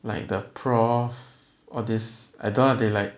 like the prof all these I don't know lah they like